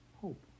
Hope